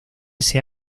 ese